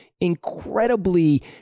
incredibly